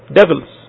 devils